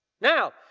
Now